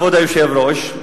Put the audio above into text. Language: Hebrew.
כבוד היושב-ראש,